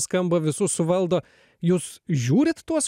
skamba visus suvaldo jūs žiūrite tuos